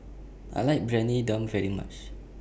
I like Briyani Dum very much